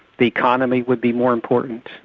the economy would be more important,